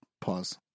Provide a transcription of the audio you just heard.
pause